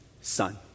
son